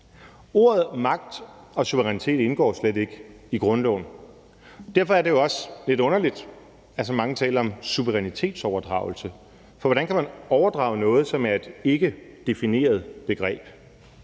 Ordene magt og suverænitet indgår slet ikke i grundloven. Derfor er det jo også lidt underligt, at så mange taler om suverænitetsoverdragelse. For hvordan kan man overdrage noget, som ikke er et defineret begreb?